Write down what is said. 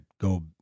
go